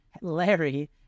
Larry